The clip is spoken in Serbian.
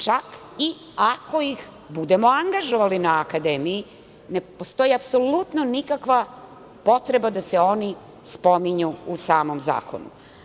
Čak i ako ih budemo angažovali na Akademiji, ne postoji apsolutno nikakva potreba da se oni spominju u samom zakonu.